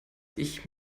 ich